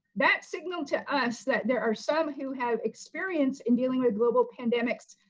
that signaled to us that there are some who have experience in dealing with global pandemics,